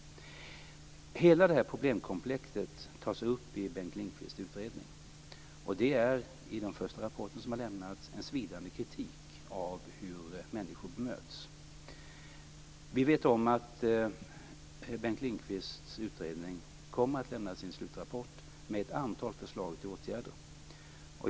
Hela det här problemkomplexet tas upp i Bengt Lindqvists utredning. Den första rapport som har lämnats innehåller en svidande kritik av hur människor bemöts. Vi vet om att Bengt Lindqvists utredning kommer att lämna en slutrapport med ett antal förslag till åtgärder.